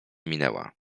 minęła